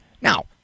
Now